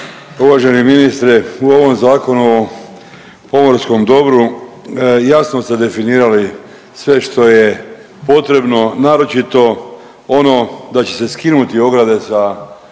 Uvaženi ministre, u ovom Zakonu o pomorskom dobru jasno ste definirali sve što je potrebno, naročito ono da će se skinuti ograde sa